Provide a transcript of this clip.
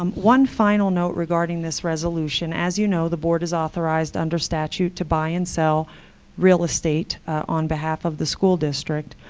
um one final note regarding this resolution as you know, the board is authorized under statute to buy and sell real estate on behalf of the school district.